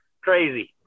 Crazy